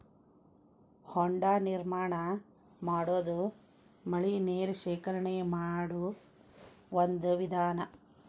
ಹೊಂಡಾ ನಿರ್ಮಾಣಾ ಮಾಡುದು ಮಳಿ ನೇರ ಶೇಖರಣೆ ಮಾಡು ಒಂದ ವಿಧಾನಾ